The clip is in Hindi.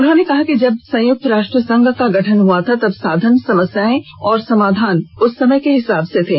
उन्होंने कि जब संयुक्त राष्ट्र संघ का गठन हुआ जब साधन समस्याएं और समाधान उस समय के हिसाब से थे